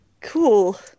Cool